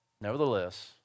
nevertheless